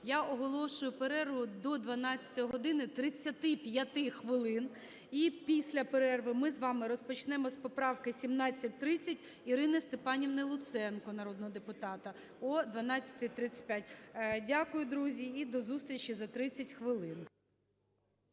Я оголошую перерву до 12 години 35 хвилин. І після перерви ми з вами розпочнемо з поправки 1730 Ірини Степанівни Луценко, народного депутата, о 12:35. Дякую, друзі, і до зустрічі за 30 хвилин.